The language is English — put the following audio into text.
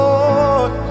Lord